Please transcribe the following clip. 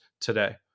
today